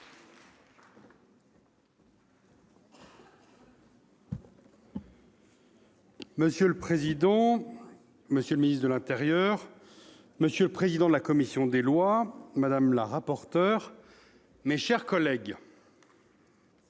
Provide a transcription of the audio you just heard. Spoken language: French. Monsieur le président, monsieur le ministre, monsieur le président de la commission des lois, madame la rapporteure, mes chers collègues,